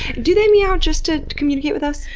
do they meow just to communicate with us?